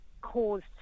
caused